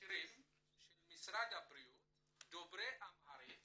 המגשרים של משרד הבריאות דוברי אמהרית